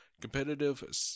Competitive